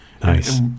Nice